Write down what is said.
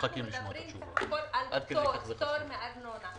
אנחנו מדברים על פטור מארנונה.